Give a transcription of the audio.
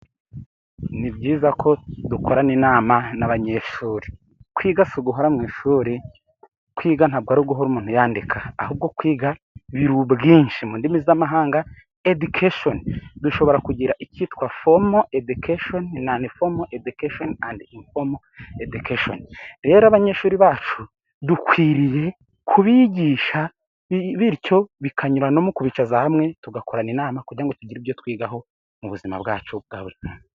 Ni byiza ko dukorana inama n'abanyeshuri. Kwiga si uguhora mu ishuri, kwiga ntabwo ari uguhora umuntu yaandika ahubwo kwiga biri mu bintu byinshi. Mu ndimi z'amahanga Education dushobora kugira icyitwa formal education na non-formal education. Rero abanyeshuri bacu dukwiriye kubigisha bityo bikanyura no mu kubicaza hamwe tugakorana inama kugira ngo tugire ibyo twigaho mu buzima bwacu bwa buri munsi.